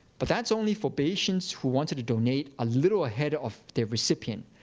but that's only for patients who wanted to donate a little ahead of their recipient.